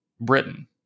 Britain